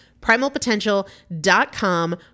Primalpotential.com